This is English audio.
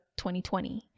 2020